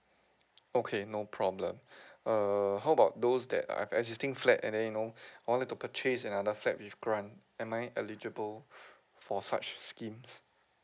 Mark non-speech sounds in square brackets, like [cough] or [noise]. okay no problem [breath] err how about those that I have a existing flat and then you know [breath] I want to like purchase another flat with grant am I eligible [breath] for such schemes